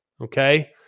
okay